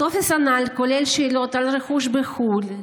הטופס הנ"ל כולל שאלות על רכוש בחו"ל,